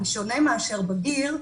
בשונה מאשר בגיר,